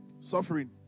Suffering